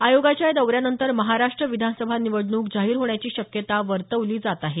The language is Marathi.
आयोगाच्या या दौऱ्यानंतर महाराष्ट्र विधानसभा निवडणूक जाहीर होण्याची शक्यता वर्तवली जात आहे